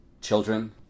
children